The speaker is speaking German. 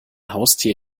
haustier